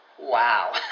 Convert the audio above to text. Wow